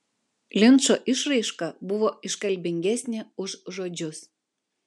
linčo išraiška buvo iškalbingesnė už žodžius